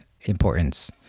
importance